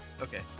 Okay